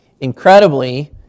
Incredibly